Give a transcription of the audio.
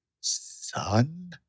son